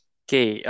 okay